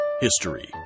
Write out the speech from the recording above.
History